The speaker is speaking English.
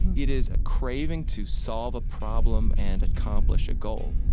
it is a craving to solve a problem and accomplish a goal